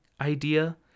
idea